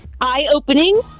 eye-opening